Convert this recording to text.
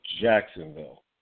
Jacksonville